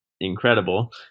Incredible